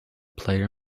player